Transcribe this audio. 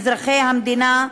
אזרחי המדינה,